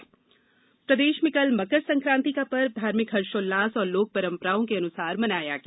मकर सकांति प्रदेश में कल मकर संकांति का पर्व धार्मिक हर्षोल्लास और लोक परंपराओं के अनुसार मनाया गया